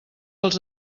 els